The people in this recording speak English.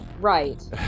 Right